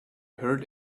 heard